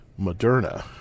moderna